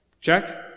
check